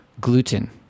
gluten